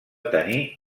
tenir